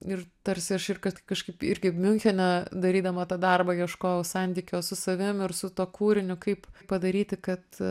ir tarsi aš ir kad kažkaip irgi miunchene darydama tą darbą ieškojau santykio su savim ir su tuo kūriniu kaip padaryti kad